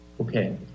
Okay